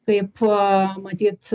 kaip a matyt